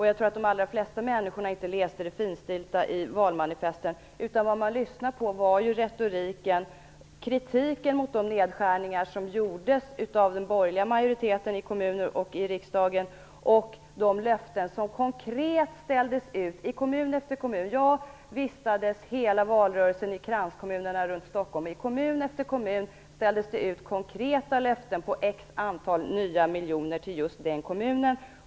Jag tror att de allra flesta människorna inte läste det finstilta i valmanifesten utan lyssnade på retoriken och kritiken mot de nedskärningar som gjordes av borgerliga majoriteter i kommuner och i riksdagen och de löften som konkret ställdes ut i kommun efter kommun. Jag vistades hela valrörelsen i kranskommunerna runt Stockholm. I kommun efter kommun ställdes det ut konkreta löften på x antal nya miljoner till just den kommunen.